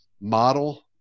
model